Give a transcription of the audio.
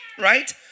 right